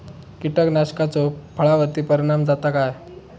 कीटकनाशकाचो फळावर्ती परिणाम जाता काय?